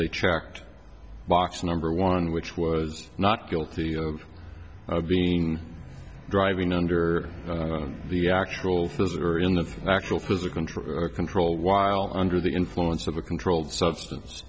they checked box number one which was not guilty of being driving under the actual physical or in the actual physical control while under the influence of a controlled substance